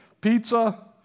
pizza